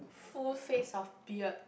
full face of beard